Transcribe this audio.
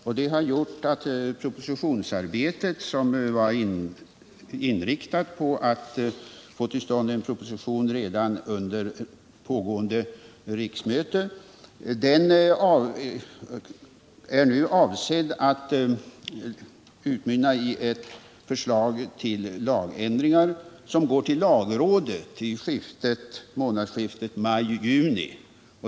Detta har gjort att propositionsarbetet, som var inriktat på att få till stånd en proposition redan under pågående riksmöte, nu är avsett att utmynna i ett förslag till lagändringar som går till lagrådet i månadsskiftet maj-juni.